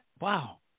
Wow